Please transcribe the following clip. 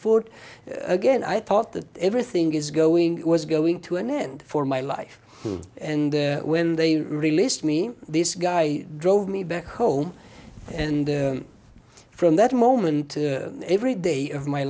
fort again i thought that everything is going was going to an end for my life and when they released me this guy drove me back home and from that moment every day of my